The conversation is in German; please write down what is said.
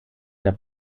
der